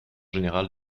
général